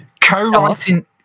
Co-writing